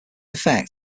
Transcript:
effect